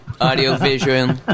audiovisual